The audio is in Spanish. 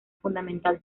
fundamental